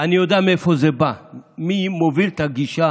אני יודע מאיפה זה בא ומי מוביל את הגישה